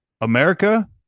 America